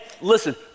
listen